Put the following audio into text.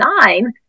nine